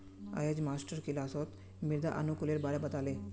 अयेज मास्टर किलासत मृदा अनुकूलेर बारे बता ले